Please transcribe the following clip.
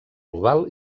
global